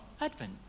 Advent